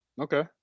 Okay